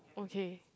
okay